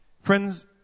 Friends